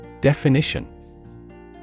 Definition